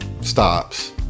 stops